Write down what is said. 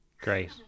great